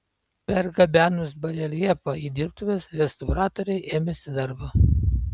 pergabenus bareljefą į dirbtuves restauratoriai ėmėsi darbo